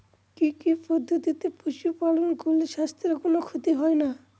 কি কি পদ্ধতিতে পশু পালন করলে স্বাস্থ্যের কোন ক্ষতি হয় না?